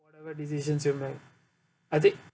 whatever decisions you make I think